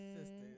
sisters